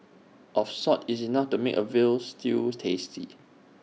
of salt is enough to make A Veal Stew tasty